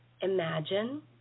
Imagine